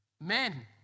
Men